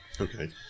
Okay